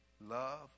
Love